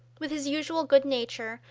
with his usual good nature,